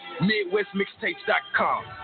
Midwestmixtapes.com